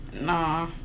nah